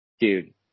Dude